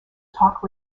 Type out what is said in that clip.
talk